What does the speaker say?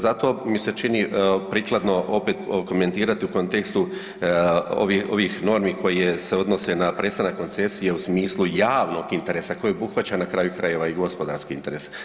Zato mi se čini prikladno opet komentirati u kontekstu ovih normi koje se odnose na prestanak koncesije u smislu javnog interesa koji obuhvaća na kraju krajeva i gospodarski interes.